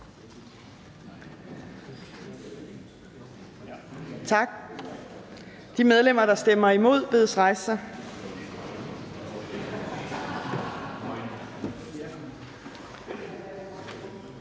Tak. De medlemmer, der stemmer imod, bedes rejse sig.